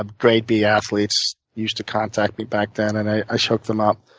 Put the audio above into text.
ah grade b athletes used to contact me back then, and i shook them up.